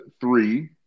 three